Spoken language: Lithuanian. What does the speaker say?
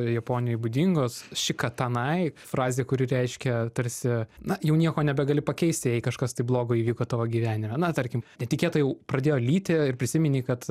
japonijoj būdingos šikatanai frazė kuri reiškia tarsi na jau nieko nebegali pakeisti jei kažkas tai blogo įvyko tavo gyvenime na tarkim netikėtai jau pradėjo lyti ir prisiminei kad